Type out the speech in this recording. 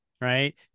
right